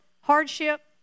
hardship